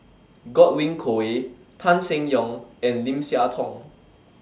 Godwin Koay Tan Seng Yong and Lim Siah Tong